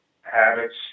habits